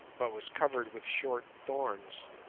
but was covered with short thorns.